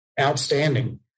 outstanding